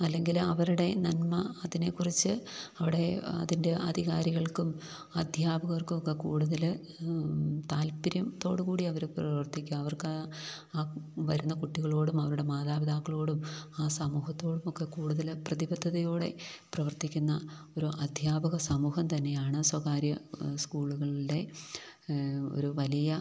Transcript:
അല്ലെങ്കില് അവരുടെ നന്മ അതിനെക്കുറിച്ച് അവിടെ അതിൻ്റെ അധികാരികൾക്കും അധ്യാപകർക്കുമൊക്കെ കൂടുതല് താൽപ്പര്യത്തോടുകൂടി അവര് പ്രവർത്തിക്കും അവർക്ക് ആ വരുന്ന കുട്ടികളോടും അവരുടെ മാതാപിതാക്കളോടും ആ സമൂഹത്തോടുമൊക്കെ കൂടുതല് പ്രതിബദ്ധതയോടെ പ്രവർത്തിക്കുന്ന ഒരു അധ്യാപകസമൂഹം തന്നെയാണ് സ്വകാര്യ സ്കൂളുകളുടെ ഒരു വലിയ